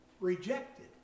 rejected